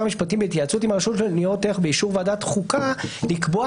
המשפטים בהתייעצות עם הרשות לניירות ערך באישור ועדת חוקה לקבוע